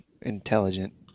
intelligent